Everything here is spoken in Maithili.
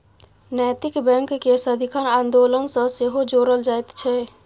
नैतिक बैंककेँ सदिखन आन्दोलन सँ सेहो जोड़ल जाइत छै